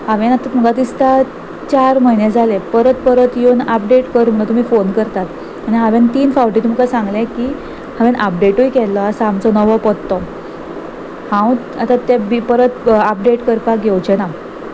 हांवें आतां म्हाका दिसता चार म्हयने जाले परत परत येवन अपडेट करता तुमी फोन करतात आनी हांवेन तीन फावटी तुमकां सांगलें की हांवेन अपडेटूय केल्लो आसा आमचो नवो पत्तो हांव आतां ते बी परत अपडेट करपाक येवचें ना